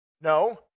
No